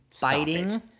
biting